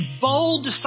Bold